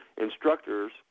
instructors